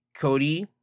Cody